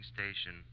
Station